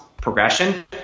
progression